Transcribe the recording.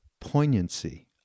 poignancy